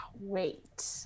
wait